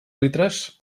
litres